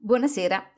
Buonasera